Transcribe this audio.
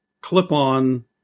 clip-on